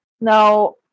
Now